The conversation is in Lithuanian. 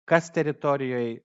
kas teritorijoj